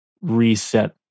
reset